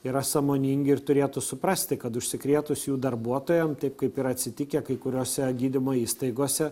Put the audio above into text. yra sąmoningi ir turėtų suprasti kad užsikrėtusiųjų darbuotojam taip kaip yra atsitikę kai kuriose gydymo įstaigose